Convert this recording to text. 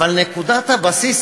אבל נקודת הבסיס,